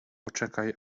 poczekaj